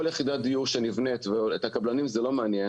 את הקבלנים זה לא מעניין,